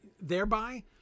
thereby